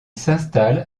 s’installe